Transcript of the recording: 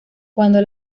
cuando